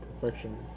perfection